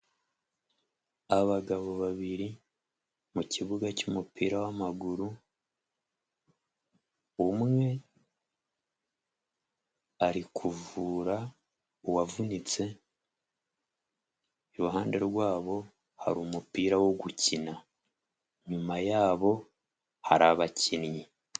Abagabo babiri, mu kibuga cy'umupira w'amaguru, umwe ari kuvura uwavunitse, iruhande rwabo hari umupira wo gukina, inyuma yabo hari abakinnyi.